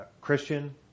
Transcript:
Christian